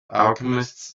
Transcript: alchemists